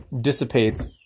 dissipates